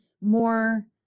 more